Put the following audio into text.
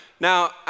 Now